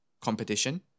competition